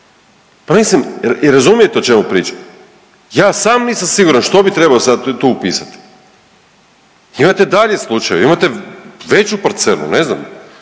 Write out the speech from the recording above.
Pa mislim, je li razumijete o čemu pričam? Ja sam nisam siguran što bi trebao sad tu upisati. Imate dalje slučajeve, imate veću parcelu, ne znam,